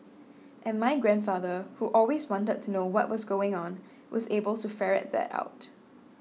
and my grandfather who always wanted to know what was going on was able to ferret that out